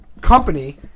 company